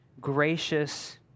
gracious